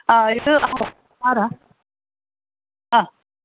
ആ ഇത് ആരാ ആ